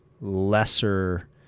lesser